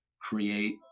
create